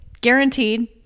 guaranteed